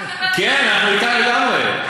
כן, אנחנו אתך לגמרי.